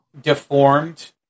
deformed